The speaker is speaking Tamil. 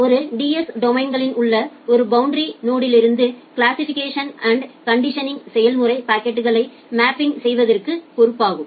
ஒரு டிஎஸ் டொமைனில் உள்ள ஒரு பௌண்டரி நோட்ஸின் கிளாசிசிபிகேஷன் அண்ட் கண்டிஷனிங் செயல்முறை பாக்கெட்களை மேப்பிங் செய்வதற்கு பொறுப்பாகும்